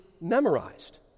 memorized